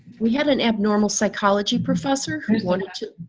we had an abnormal psychology professor who wanted to,